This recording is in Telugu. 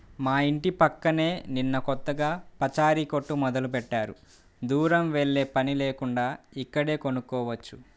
మా యింటి పక్కనే నిన్న కొత్తగా పచారీ కొట్టు మొదలుబెట్టారు, దూరం వెల్లేపని లేకుండా ఇక్కడే కొనుక్కోవచ్చు